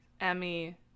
emmy